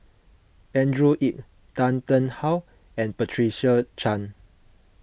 Andrew Yip Tan Tarn How and Patricia Chan